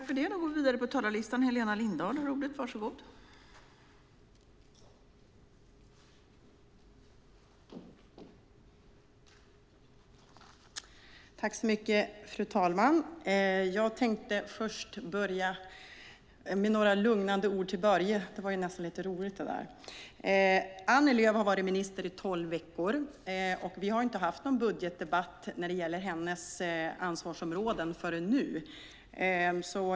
Fru talman! Jag tänker börja med några lugnande ord till Börje. Det där var nästan lite roligt. Annie Lööf har varit minister i tolv veckor. Vi har inte haft någon budgetdebatt när det gäller hennes ansvarsområden förrän nu.